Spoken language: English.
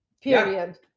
period